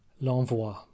L'envoi